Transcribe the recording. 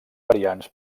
variants